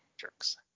Jerks